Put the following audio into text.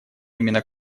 именно